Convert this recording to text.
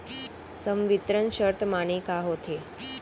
संवितरण शर्त माने का होथे?